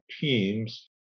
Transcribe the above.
teams